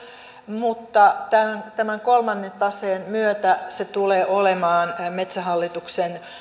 mutta tämän kolmannen taseen myötä se tulee olemaan metsähallituksen